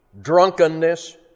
drunkenness